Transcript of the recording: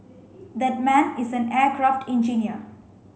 that man is an aircraft engineer